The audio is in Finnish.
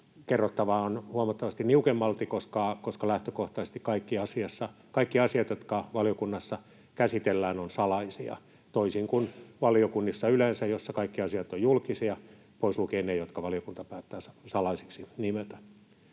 kerrottavaa on huomattavasti niukemmalti, koska lähtökohtaisesti kaikki asiat, jotka valiokunnassa käsitellään, ovat salaisia — toisin kuin valiokunnissa yleensä, joissa kaikki asiat ovat julkisia, pois lukien ne, jotka valiokunta päättää salaisiksi nimetä.